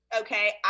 Okay